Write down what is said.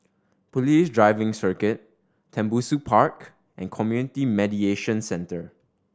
Police Driving Circuit Tembusu Park and Community Mediation Center